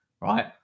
Right